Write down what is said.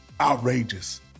outrageous